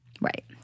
Right